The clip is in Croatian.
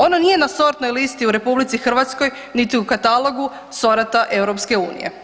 Ono nije na sortnoj listi u RH niti u katalogu sorata EU.